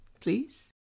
Please